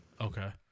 okay